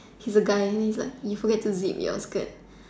she is a guy and then he is like you forget to zip your skirt